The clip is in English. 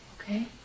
Okay